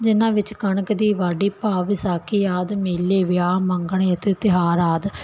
ਜਿਨਾਂ ਵਿੱਚ ਕਣਕ ਦੀ ਬਾਡੀ ਭਾਵ ਵਿਸਾਖੀ ਆਦਿ ਮੇਲੇ ਵਿਆਹ ਮੰਗਣੇ ਤੇ ਤਿਉਹਾਰ ਆਦਿ